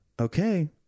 okay